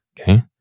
Okay